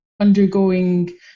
undergoing